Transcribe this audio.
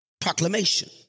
proclamation